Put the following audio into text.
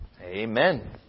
amen